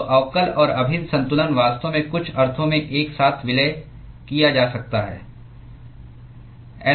तो अवकल और अभिन्न संतुलन वास्तव में कुछ अर्थों में एक साथ विलय किया जा सकता है